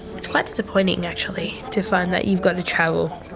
it's quite disappointing actually to find that you've got to travel.